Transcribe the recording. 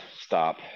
stop